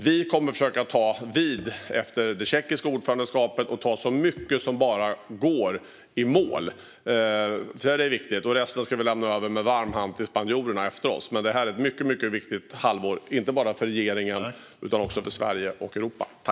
Vi kommer att försöka ta vid efter det tjeckiska ordförandeskapet och ta så mycket som det bara går i mål. Det är viktigt. Resten lämnar vi med varm hand över till spanjorerna efter oss, men det här är ett mycket viktigt halvår inte bara för regeringen utan också för Sverige och Europa.